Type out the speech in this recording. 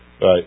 right